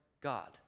God